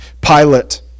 Pilate